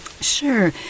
Sure